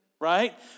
right